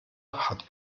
hat